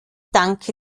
danke